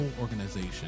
organization